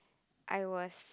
I was